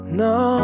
no